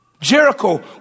Jericho